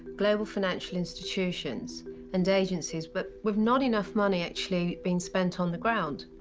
global financial institutions and agencies but we've not enough money actually being spent on the ground.